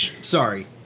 sorry